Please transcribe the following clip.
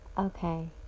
Okay